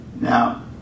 Now